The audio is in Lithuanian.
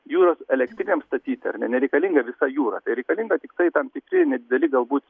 jūros elektrinėms statyti ar ne nereikalinga visa jūra reikalinga tiktai tam tikri nedideli galbūt ir